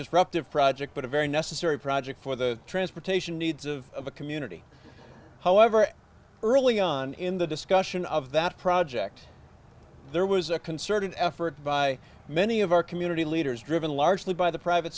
disruptive project but a very necessary project for the transportation needs of the community however early on in the discussion of that project there was a concerted effort by many of our community leaders driven largely by the private